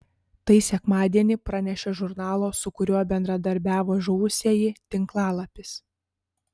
tai sekmadienį pranešė žurnalo su kuriuo bendradarbiavo žuvusieji tinklalapis